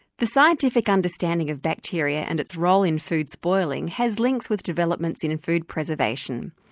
the scientific understanding of bacteria and its role in food spoiling has links with developments in in food preservation.